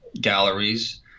galleries